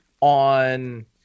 on